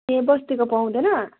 ए बस्तीको पाउँदैन